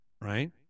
right